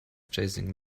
chasing